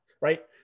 Right